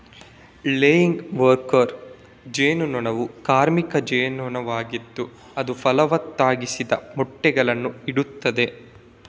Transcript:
laying worker ಜೇನು ನೊಣವು ಕಾರ್ಮಿಕ ಜೇನು ನೊಣವಾಗಿದ್ದು ಅದು ಫಲವತ್ತಾಗಿಸದ ಮೊಟ್ಟೆಗಳನ್ನ ಇಡ್ತದೆ